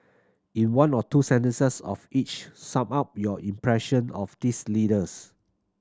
in one or two sentences of each sum up your impression of these leaders